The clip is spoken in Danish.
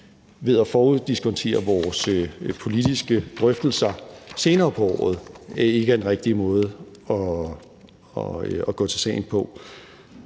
ved at foruddiskontere vores politiske drøftelser senere på året er den rigtige måde at gå til sagen på.